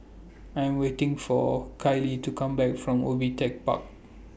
I Am waiting For Kailee to Come Back from Ubi Tech Park